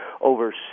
over